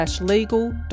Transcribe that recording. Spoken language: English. legal